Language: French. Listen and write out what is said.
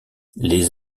les